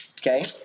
Okay